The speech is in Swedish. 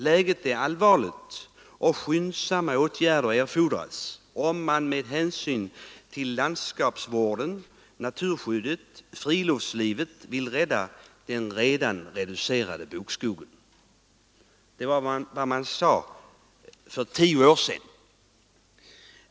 Läget är allvarligt och skyndsamma åtgärder erfordras om man med hänsyn till landskapsvården, naturskyddet och friluftslivet vill rädda den redan reducerade bokskogen. Det sade man för tio år sedan.